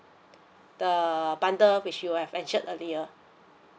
the bundle which you have mentioned earlier